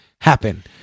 happen